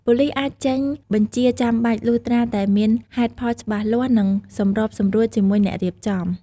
ប៉ូលិសអាចចេញបញ្ជាចាំបាច់លុះត្រាតែមាន ហេតុផលច្បាស់លាស់ និង សម្របសម្រួលជាមួយអ្នករៀបចំ។